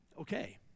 okay